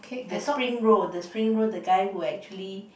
the spring roll the spring roll the guy who actually